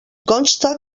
consta